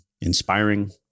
inspiring